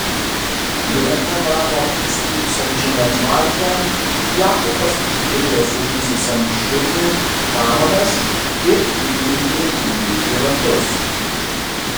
greta namo stūksančiame tvarte jakobas uždėjo sulysusiam širmiui kamanas ir įkinkė jį į ratus